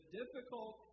difficult